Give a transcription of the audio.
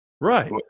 Right